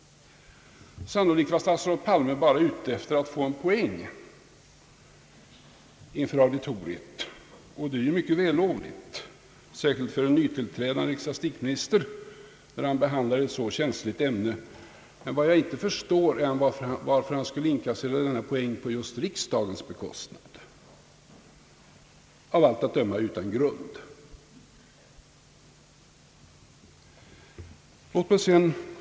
Sannolikt var statsrådet Palme bara ute efter en poäng inför auditoriet, och det är mycket vällovligt, särskilt för en nytillträdande ecklesiastikminister när han behandlar ett så känsligt ämne. Men vad jag inte förstår är varför han skulle inkassera denna poäng just på riksdagens bekostnad — av allt att döma utan grund.